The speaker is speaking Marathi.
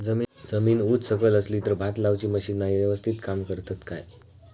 जमीन उच सकल असली तर भात लाऊची मशीना यवस्तीत काम करतत काय?